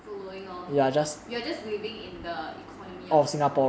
following lor you are just building in the economy of singapore